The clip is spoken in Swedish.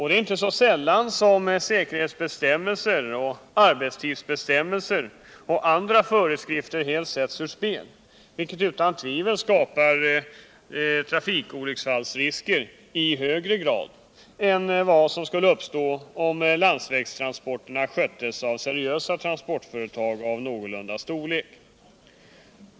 Det är inte sällan som säkerhetsbestämmelser, arbetstidsbestämmelser och andra föreskrifter helt sätts ur spel, vilket utan tvivel skapar trafikolycksfallsrisker i högre grad än vad som skulle uppstå om landsvägstransporterna sköttes av seriösa transportföretag av någorlunda storlek.